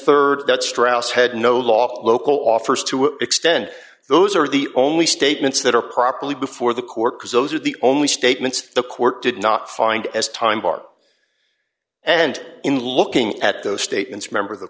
and rd that strauss had no lawful local offers to extend those are the only statements that are properly before the court because those are the only statements the court did not find as time bar and in looking at those statements remember the